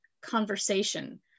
conversation